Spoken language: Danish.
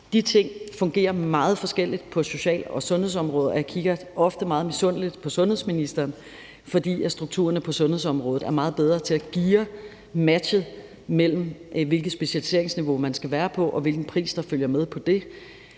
De ting fungerer meget forskelligt på socialområdet og sundhedsområdet, og jeg kigger ofte meget misundeligt på sundhedsministeren, fordi strukturerne på sundhedsområdet er meget bedre til at geare matchet mellem, hvilket specialiseringsniveau man skal være på, og hvilken pris der følger med, og der